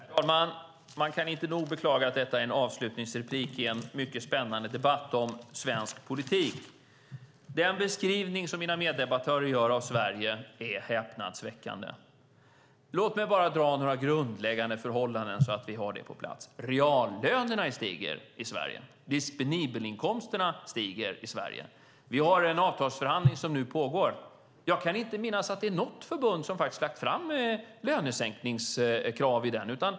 Herr talman! Man kan inte nog beklaga att detta är det avslutande inlägget i en mycket spännande debatt om svensk politik. Den beskrivning som mina meddebattörer gör av Sverige är häpnadsväckande. Låt mig bara dra några grundläggande förhållanden, så att vi har det på plats. Reallönerna stiger i Sverige. Disponibelinkomsterna stiger i Sverige. Vi har en avtalsförhandling som nu pågår. Jag kan inte minnas att det är något förbund som har lagt fram lönesänkningskrav i denna.